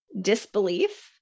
Disbelief